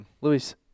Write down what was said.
Louis